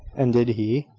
and did he?